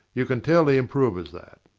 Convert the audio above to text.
you can tell the improvers that.